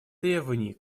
требований